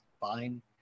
fine